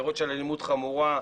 עבירות של אלימות חמורה,